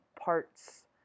parts